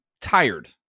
tired